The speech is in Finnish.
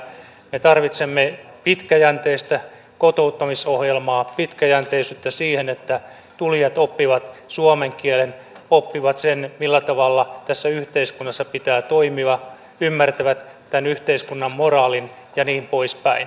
me tarvitsemme pitkäjänteistä kotouttamisohjelmaa pitkäjänteisyyttä siihen että tulijat oppivat suomen kielen oppivat sen millä tavalla tässä yhteiskunnassa pitää toimia ymmärtävät tämän yhteiskunnan moraalin ja niin poispäin